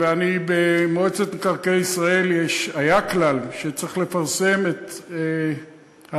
במועצת מקרקעי ישראל היה כלל שצריך לפרסם את הנושאים,